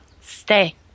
stay